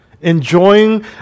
Enjoying